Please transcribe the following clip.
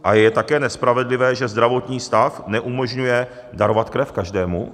A je také nespravedlivé, že zdravotní stav neumožňuje darovat každému?